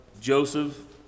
Joseph